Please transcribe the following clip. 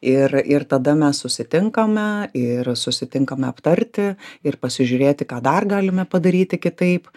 ir ir tada mes susitinkame ir susitinkame aptarti ir pasižiūrėti ką dar galime padaryti kitaip